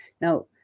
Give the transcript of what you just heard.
Now